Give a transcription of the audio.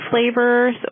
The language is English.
flavors